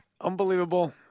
Unbelievable